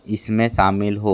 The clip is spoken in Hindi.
इसमें शामिल हों